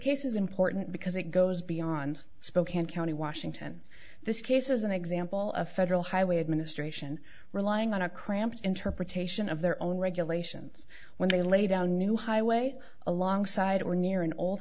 case is important because it goes beyond spokane county washington this case is an example of federal highway administration relying on a cramped interpretation of their own regulations when they lay down new highway alongside or near an